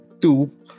two